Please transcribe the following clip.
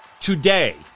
today